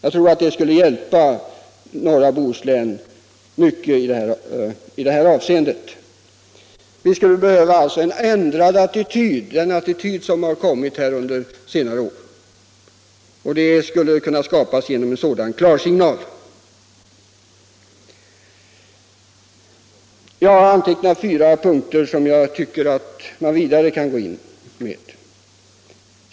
En sådan skulle vara till stor hjälp för norra Bohuslän i det här avseendet. Vi skulle behöva få en ändrad attityd, och en sådan skulle kunna skapas genom den här klarsignalen. Jag har i ytterligare fyra punkter antecknat åtgärder som man skulle kunna gå in med: 1.